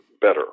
better